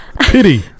Pity